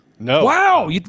wow